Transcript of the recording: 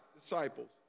disciples